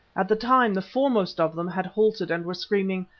at the time the foremost of them had halted and were screaming,